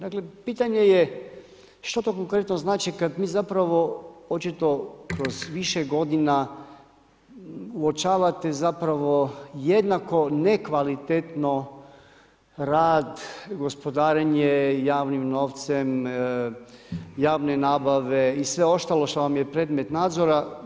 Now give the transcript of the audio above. Dakle, pitanje je što to konkretno znači kad mi zapravo očito kroz više godina uočavate zapravo jednako nekvalitetno rad, gospodarenje javnim novcem, javne nabave i sve ostalo što vam je predmet nadzora.